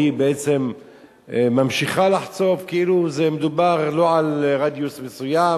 והיא בעצם ממשיכה לחצוב כאילו מדובר לא על רדיוס מסוים